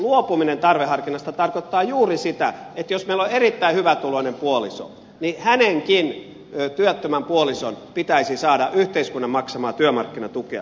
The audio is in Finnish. luopuminen tarveharkinnasta tarkoittaa juuri sitä että jos meillä on erittäin hyvätuloinen puoliso niin hänenkin työttömän puolisonsa pitäisi saada yhteiskunnan maksamaa työmarkkinatukea